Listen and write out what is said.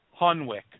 Hunwick